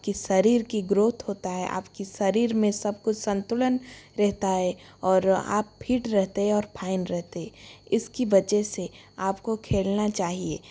आपकी शरीर की ग्रोथ होता है आपकी शरीर में सब कुछ संतुलन रहता है और आप फिट रहते हैं और फाइन रहते है इसकी वजह से आपको खेलना चाहिए